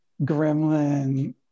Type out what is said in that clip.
gremlin